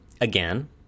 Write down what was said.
Again